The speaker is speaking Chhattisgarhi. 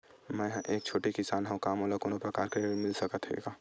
मै ह एक छोटे किसान हंव का मोला कोनो प्रकार के ऋण मिल सकत हे का?